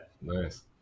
Nice